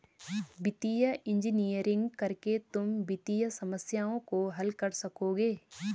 वित्तीय इंजीनियरिंग करके तुम वित्तीय समस्याओं को हल कर सकोगे